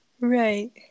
right